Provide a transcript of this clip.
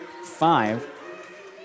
five